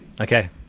okay